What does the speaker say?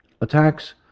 attacks